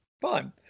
Fine